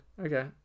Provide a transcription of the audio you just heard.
Okay